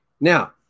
Now